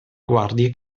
guardie